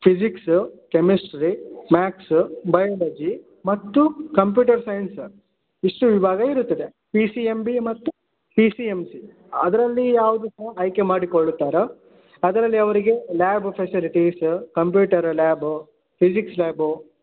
physics ಕೆಮೆಸ್ರ್ಟಿ maths biology ಮತ್ತು computer science ಇಷ್ಟು ವಿಭಾಗ ಇರುತ್ತದೆ ಪಿ ಸಿ ಎಮ್ ಬಿ ಮತ್ತು ಪಿ ಸಿ ಎಮ್ ಸಿ ಅದರಲ್ಲಿ ಯಾವುದು ಸಹ ಆಯ್ಕೆ ಮಾಡಿಕೊಳ್ಳುತ್ತಾರೋ ಅದರಲ್ಲಿ ಅವರಿಗೆ lab facilities computer lab physics lab